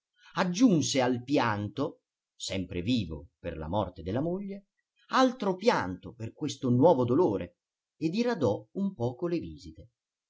aggiunse al pianto sempre vivo per la morte della moglie altro pianto per questo nuovo dolore e diradò un poco le visite